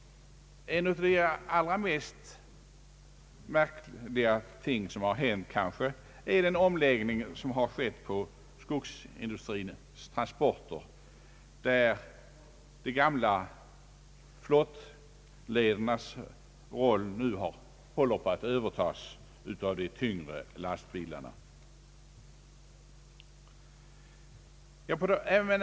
Ett av de allra mest märkliga ting som hänt är den omläggning, som ägt rum av skogsindustrins transporter, där de gamla flottledernas roll nu håller på att övertas av de tyngre lastbilarna.